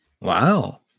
Wow